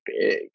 big